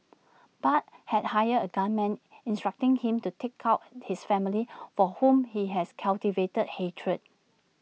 Bart had hired A gunman instructing him to take out his family for whom he has cultivated hatred